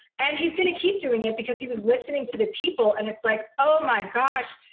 and he's gonna keep doing it because he was listening to the people. and it's like, oh, my gosh.